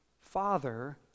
Father